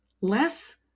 less